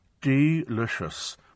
delicious